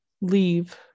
Leave